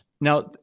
Now